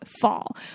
fall